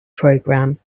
program